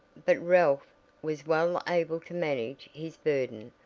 but ralph was well able to manage his burden,